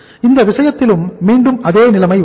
இந்த விஷயத்திலும் மீண்டும் அதே நிலைமை உள்ளது